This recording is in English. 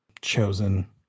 Chosen